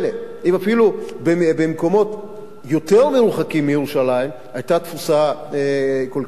אם אפילו במקומות מרוחקים יותר מירושלים היתה תפוסה כל כך מלאה?